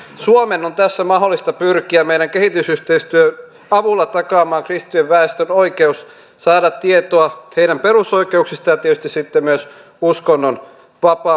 suomen on tässä mahdollista meidän kehitysyhteistyömme avulla pyrkiä takaamaan kristityn väestön oikeus saada tietoa perusoikeuksistaan ja tietysti sitten myös uskonnonvapaudesta